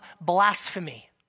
blasphemy